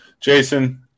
Jason